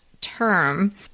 term